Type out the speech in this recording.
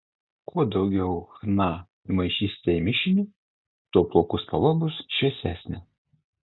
kuo daugiau chna įmaišysite į mišinį tuo plaukų spalva bus šviesesnė